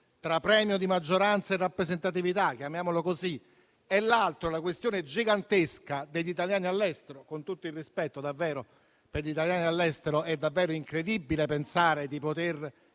tra premio di maggioranza e rappresentatività (chiamiamolo così); la seconda è la questione gigantesca degli italiani all'estero. Con tutto il rispetto per gli italiani all'estero, è davvero incredibile pensare di poter